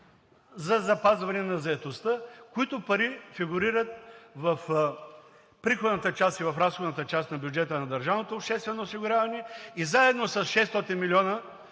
за запазване на заетостта, които пари фигурират в приходната част и в разходната част на бюджета на държавното обществено осигуряване и заедно с 600 милиона,